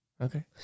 Okay